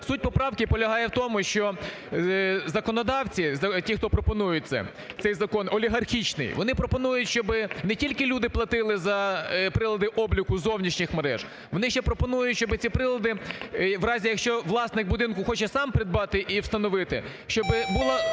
Суть поправки полягає в тому, що законодавці, ті, хто пропонують це, цей закон олігархічний, вони пропонують, щоби не тільки люди платили за прилади обліку зовнішніх мереж, вони ще пропонують, щоби ці прилади в разі, якщо власник будинку хоче сам придбати і встановити, щоби було...